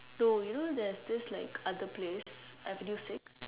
no you know there's this other place avenue six